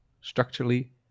structurally